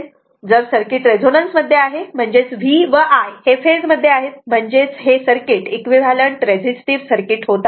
जर circuit resonance मध्ये आहे म्हणजेच V व I हे फेज मध्ये आहेत म्हणजेच हे सर्किट इक्विव्हॅलंट रेझिस्टिव्ह सर्किट होत आहे